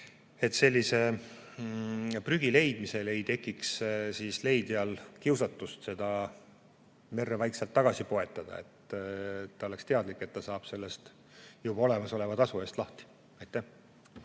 et sellise prügi leidmisel ei tekiks leidjal kiusatust seda vaikselt merre tagasi poetada, vaid ta oleks teadlik, et ta saab sellest juba makstud tasu eest lahti. Aitäh!